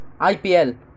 IPL